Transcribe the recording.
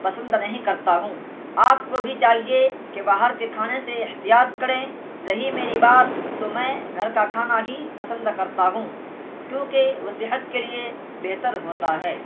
پسند نہیں کرتا ہوں آپ کو بھی چاہیے کہ باہر کے کھانے سے احتیاط کریں رہی میری بات تو میں گھر کا کھانا ہی پسند کرتا ہوں کیونکہ وہ صحت کے لیے بہتر ہوتا ہے